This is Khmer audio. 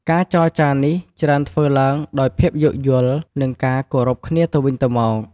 ការចរចានេះច្រើនធ្វើឡើងដោយភាពយោគយល់ និងការគោរពគ្នាទៅវិញទៅមក។